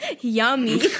yummy